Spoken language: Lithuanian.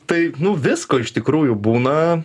tai nu visko iš tikrųjų būna